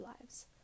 lives